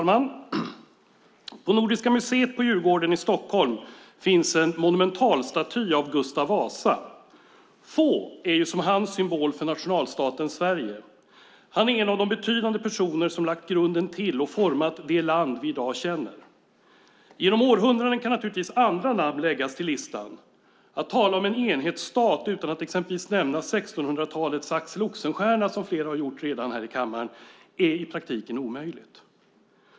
Fru talman! På Nordiska museet på Djurgården i Stockholm finns en monumentalstaty av Gustav Vasa. Få är ju som han symbol för nationalstaten Sverige. Han är en av de betydande personer som lagt grunden till och format det land vi i dag känner. Genom århundraden kan naturligtvis andra namn läggas till listan. Att tala om en enhetsstat utan att exempelvis nämna 1600-talets Axel Oxenstierna, som flera redan har gjort här i kammaren, är i praktiken omöjligt.